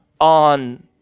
on